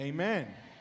Amen